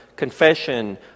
confession